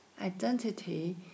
identity